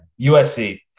USC